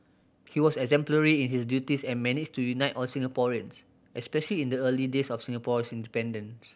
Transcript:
he was exemplary in his duties and managed to unite all Singaporeans especially in the early days of Singapore's independence